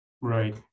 Right